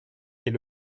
est